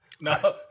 No